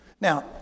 Now